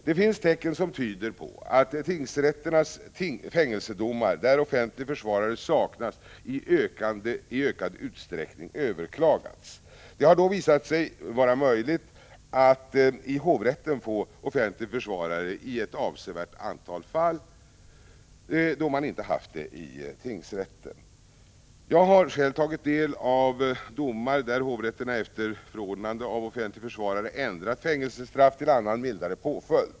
Det finns tecken som tyder på att tingsrätternas fängelsedomar, där offentlig försvarare saknas, i ökad utsträckning överklagats. Det har då visat sig vara möjligt att i hovrätten få offentlig försvarare i ett avsevärt antal fall då man inte haft det i tingsrätten. Jag har själv tagit del av domar där hovrätterna efter förordnande av offentlig försvarare ändrat fängelsestraff till annan mildare påföljd.